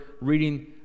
reading